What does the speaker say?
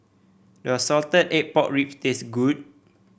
does Salted Egg Pork Ribs taste good